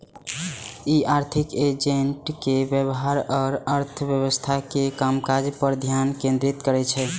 ई आर्थिक एजेंट के व्यवहार आ अर्थव्यवस्था के कामकाज पर ध्यान केंद्रित करै छै